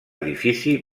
edifici